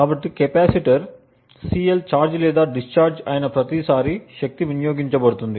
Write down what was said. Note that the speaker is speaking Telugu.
కాబట్టి కెపాసిటర్ CL ఛార్జ్ లేదా డిశ్చార్జ్ అయిన ప్రతిసారీ శక్తి వినియోగించబడుతుంది